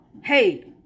Hey